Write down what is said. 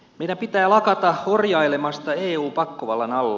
meidän pitää lakata orjailemasta eun pakkovallan alla